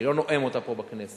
אני לא נואם אותה פה בכנסת.